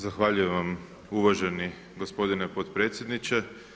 Zahvaljujem vam uvaženi gospodine potpredsjedniče.